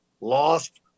lost